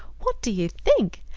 what do you think?